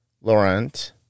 Laurent